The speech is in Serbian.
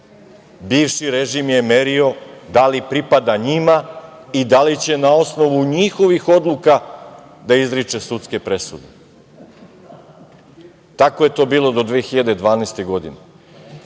režim je merio da li pripada njima i da li će na osnovu njihovih odluka da izriče sudske presude. Tako je to bilo do 2012. godine.